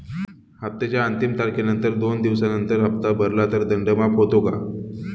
हप्त्याच्या अंतिम तारखेनंतर दोन दिवसानंतर हप्ता भरला तर दंड माफ होतो का?